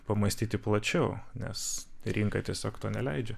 pamąstyti plačiau nes rinka tiesiog to neleidžia